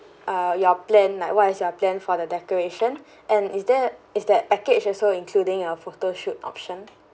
uh your plan like what is your plan for the decoration and is there is that package also including a photo shoot option